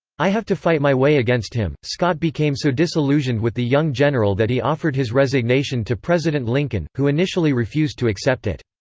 i have to fight my way against him. scott became so disillusioned with the young general that he offered his resignation to president lincoln, who initially refused to accept it.